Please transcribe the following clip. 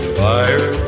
fire